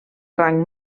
rang